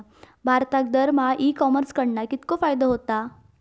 भारतात दरमहा e commerce कडणा कितको फायदो होता?